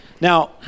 Now